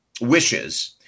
wishes